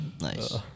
Nice